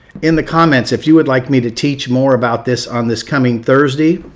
in the comments if you would like me to teach more about this on this coming thursday,